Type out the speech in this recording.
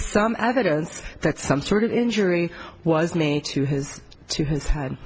some evidence that some sort of injury was made to his to his